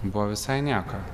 buvo visai nieko